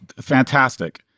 fantastic